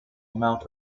amount